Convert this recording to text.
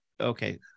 okay